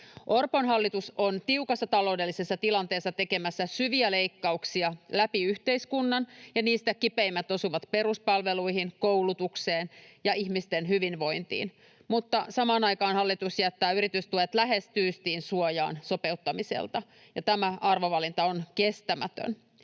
Orpon hallitus on tiukassa taloudellisessa tilanteessa tekemässä syviä leikkauksia läpi yhteiskunnan, ja niistä kipeimmät osuvat peruspalveluihin, koulutukseen ja ihmisten hyvinvointiin, mutta samaan aikaan hallitus jättää yritystuet lähes tyystin suojaan sopeuttamiselta. Tämä arvovalinta on kestämätön.